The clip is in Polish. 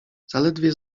zaledwie